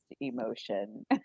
emotion